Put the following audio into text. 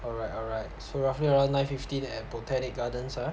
alright alright so roughly around nine fifteen at botanic gardens ah